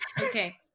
Okay